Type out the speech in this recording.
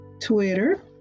Twitter